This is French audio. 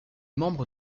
membre